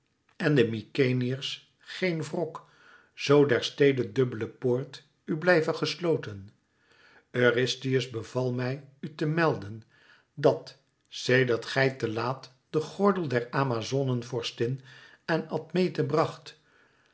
en den mykenæërs geen wrok zoo der stede dubbele poort u blijve gesloten eurystheus beval mij u te melden dat sedert gij te laat den gordel der amazonenvorstin aan admete bracht